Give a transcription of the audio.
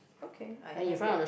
okay I have it